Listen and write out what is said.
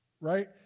right